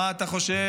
מה אתה חושב,